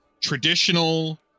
traditional